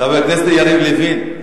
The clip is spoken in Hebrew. חבר הכנסת יריב לוין,